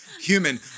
human